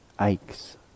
aches